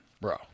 Bro